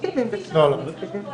גם אנחנו.